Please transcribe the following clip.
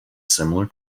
similar